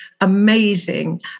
amazing